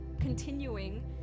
continuing